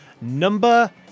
number